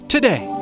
Today